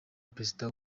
perezida